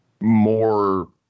more